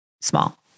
small